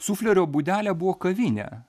suflerio būdelė buvo kavinė